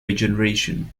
regeneration